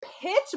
pitch